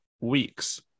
weeks